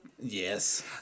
Yes